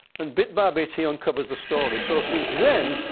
and bit by bit, he uncovers the story. so since then,